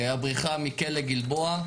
הבריחה מכלא גלבוע,